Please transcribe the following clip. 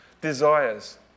desires